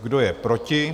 Kdo je proti?